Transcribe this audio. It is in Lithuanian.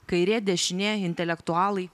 kairė dešinė intelektualai